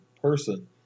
person